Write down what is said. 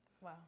Wow